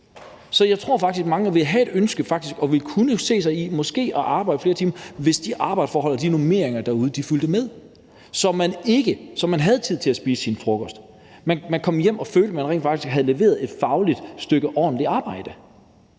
Så jeg tror faktisk, at mange vil have et ønske om og måske vil kunne se sig i at arbejde flere timer, hvis arbejdsforholdene og normeringerne derude fulgte med, så man havde tid til at spise sin frokost. Hvis man kommer hjem og føler, at man rent faktisk har leveret et fagligt ordentligt stykke